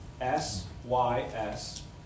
S-Y-S